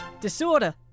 disorder